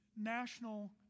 national